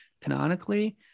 canonically